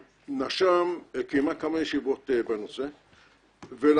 נציבות שירות המדינה קיימה כמה ישיבות בנושא ולאחרונה,